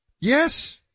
Yes